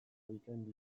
bikain